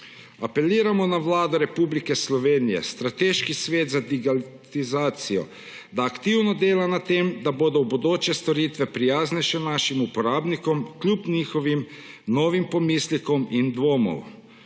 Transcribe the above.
Apeliramo na Vlado Republike Slovenije, Strateški svet za digitalizacijo, da aktivno dela na tem, da bodo v bodoče storitve prijaznejše našim uporabnikom kljub njihovim novim pomislekom in dvomom.V